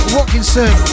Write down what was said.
Watkinson